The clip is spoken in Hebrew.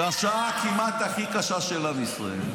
בשעה הכמעט-הכי-קשה של עם ישראל,